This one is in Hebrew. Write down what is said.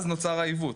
אז נוצר העיוות,